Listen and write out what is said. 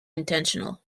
intentional